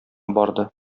барды